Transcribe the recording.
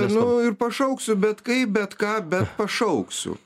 nu ir pašauksiu bet kaip bet ką bet pašauksiu